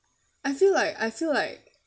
I feel like I feel like